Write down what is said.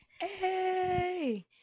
Hey